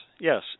yes